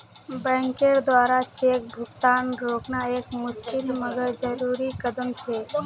बैंकेर द्वारा चेक भुगतान रोकना एक मुशिकल मगर जरुरी कदम छे